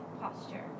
posture